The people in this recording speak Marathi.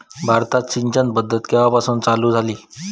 भारतात सिंचन पद्धत केवापासून चालू झाली?